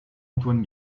antoine